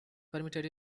permitted